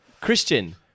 Christian